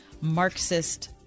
Marxist